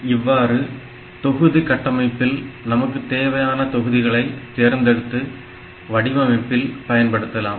இவ்வாறு தொகுதி கட்டமைப்பில் நமக்கு தேவையான தொகுதிகளை தேர்ந்தெடுத்து வடிவமைப்பில் பயன்படுத்தலாம்